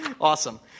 Awesome